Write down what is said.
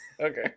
Okay